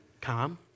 calm